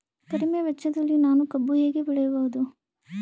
ಕಡಿಮೆ ವೆಚ್ಚದಲ್ಲಿ ನಾನು ಕಬ್ಬು ಹೇಗೆ ಬೆಳೆಯಬಹುದು?